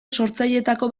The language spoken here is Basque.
sortzaileetako